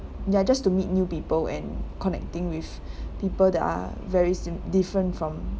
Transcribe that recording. ya just to meet new people and connecting with people that are very simi~ different from